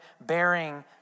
bearing